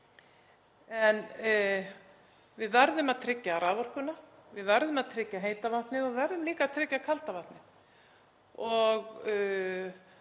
Við verðum að tryggja raforkuna og við verðum að tryggja heita vatnið og við verðum líka að tryggja kalda vatnið.